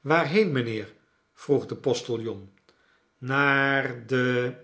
waarheen mijnheer vroeg de postiljon naar den